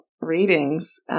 readings